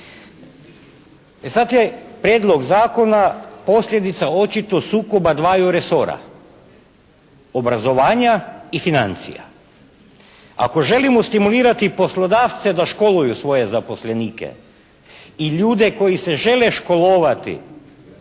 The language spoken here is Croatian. E sad je prijedlog zakona posljedica očito sukoba dvaju resora obrazovanja i financija. Ako želimo stimulirati poslodavce da školuju svoje zaposlenike i ljude koji se žele školovati